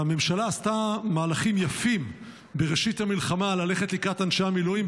הממשלה עשתה מהלכים יפים בראשית המלחמה בללכת לקראת אנשי המילואים,